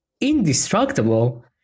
indestructible